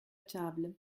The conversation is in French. table